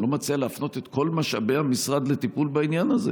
אני לא מציע להפנות את כל משאבי המשרד לטיפול בעניין הזה,